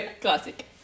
classic